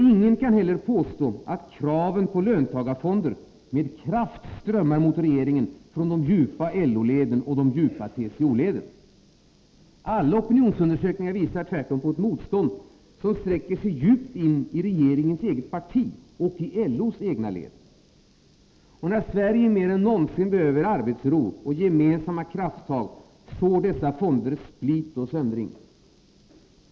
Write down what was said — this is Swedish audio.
Ingen kan heller påstå att kraven på löntagarfonder med kraft strömmar mot regeringen från de djupa LO och TCO-leden. Alla opinionsundersökningar visar tvärtom på ett motstånd, som sträcker sig djupt in i regeringens eget parti och i LO:s egna led. När Sverige mer än någonsin behöver arbetsro och gemensamma krafttag, sår dessa fonder split och söndring.